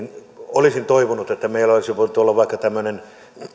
olisin toivonut että meillä olisi voinut olla vaikka tämmöinen